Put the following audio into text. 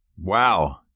Wow